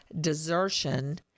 desertion